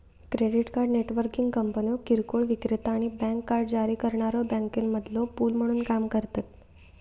credit card networking कंपन्यो किरकोळ विक्रेता आणि बँक कार्ड जारी करणाऱ्यो बँकांमधलो पूल म्हणून काम करतत